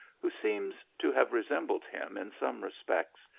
who seems to have resembled him in some re spects,